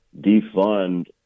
defund